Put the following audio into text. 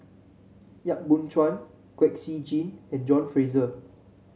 Yap Boon Chuan Kwek Siew Jin and John Fraser